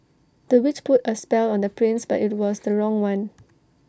the witch put A spell on the prince but IT was the wrong one